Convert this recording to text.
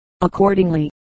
Accordingly